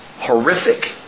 Horrific